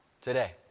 today